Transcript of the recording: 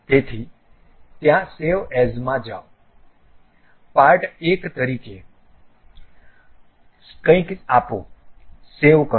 તેથી ત્યાં save as માં જાવ પાર્ટ 1 તરીકે કંઈક આપો સેવ કરો